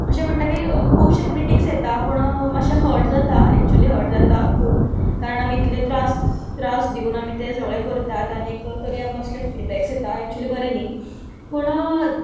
अशें म्हणटा की खुबशे क्रिटिक्स येता पूण मातशे हर्ट जाता एक्चुली हर्ट जाता खूब कारण आमी इतले त्रास त्रास दिवन आमी तें सगलें करतात आनीक तरी आसतना असले फीडबॅक येता एक्चुली बरें न्ही पूण